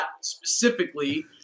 specifically